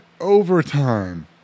overtime